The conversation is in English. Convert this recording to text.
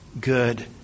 good